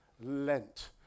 Lent